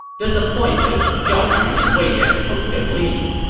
disappointed, zhao yun and wei yan took their leave.